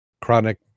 chronic